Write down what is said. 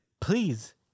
Please